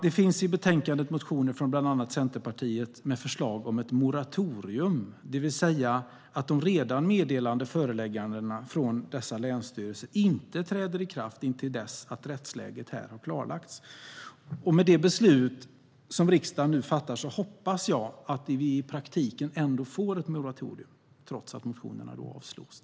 Det finns i betänkandet motioner från bland annat Centerpartiet med förslag om ett moratorium, det vill säga att de redan meddelade föreläggandena inte träder i kraft intill dess rättsläget har klarlagts. Och med det beslut som riksdagen nu fattar hoppas jag att det i praktiken införs ett moratorium, trots att dessa motioner avslås.